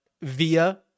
via